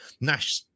Nash